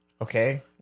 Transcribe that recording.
Okay